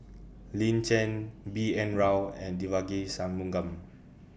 Lin Chen B N Rao and Devagi Sanmugam